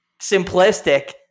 simplistic